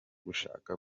gushaka